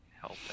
help